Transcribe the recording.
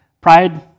Pride